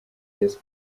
yesu